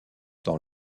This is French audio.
dans